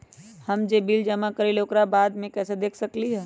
हम जे बिल जमा करईले ओकरा बाद में कैसे देख सकलि ह?